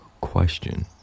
question